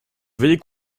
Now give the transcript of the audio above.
veuillez